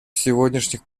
сегодняшних